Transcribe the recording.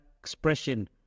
expression